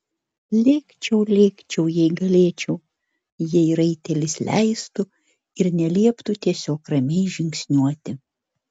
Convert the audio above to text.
lėkčiau lėkčiau jei galėčiau jei raitelis leistų ir nelieptų tiesiog ramiai žingsniuoti